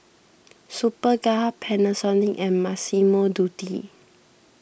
Superga Panasonic and Massimo Dutti